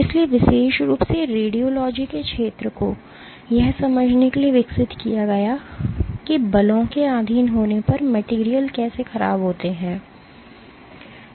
इसलिए विशेष रूप से रेडियोलॉजी के क्षेत्र को यह समझने के लिए विकसित किया गया है कि बलों के अधीन होने पर मेटेरियल कैसे ख़राब होता है